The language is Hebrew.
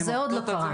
אז זה עוד לא קרה.